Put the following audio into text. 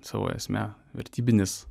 savo esme vertybinis